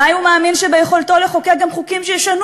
אולי הוא מאמין שביכולתו לחוקק גם חוקים שישנו